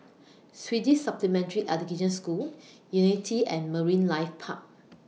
Swedish Supplementary Education School Unity and Marine Life Park